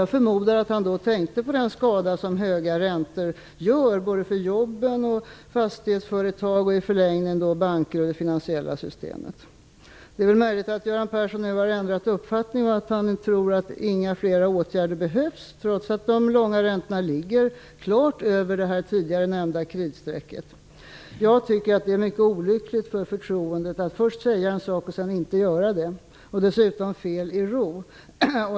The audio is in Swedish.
Jag förmodar att han då tänkte på den skada som höga räntor gör både för jobben och för fastighetsföretag och i förlängningen för banker och det finansiella systemet. Det är möjligt att Göran Persson nu har ändrat uppfattning och att han tror att det inte behövs fler åtgärder trots att de långa räntorna ligger klart över det tidigare nämnda kritstrecket. Jag tycker att det är mycket olyckligt för förtroendet att först säga en sak och sedan inte göra så. Det är dessutom fel.